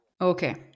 Okay